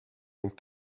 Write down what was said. donc